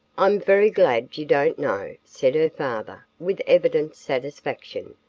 i'm very glad you don't know, said her father with evident satisfaction.